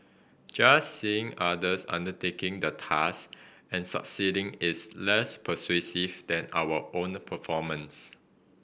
just seeing others undertaking the task and succeeding is less persuasive than our own performance